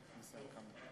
שלא מסתכלים על זה,